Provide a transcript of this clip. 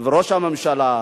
וראש הממשלה,